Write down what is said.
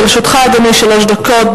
לרשותך, אדוני, שלוש דקות.